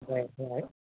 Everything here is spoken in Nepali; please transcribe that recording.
है